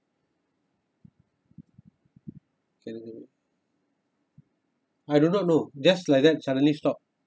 I don't know I do not know just like that suddenly stop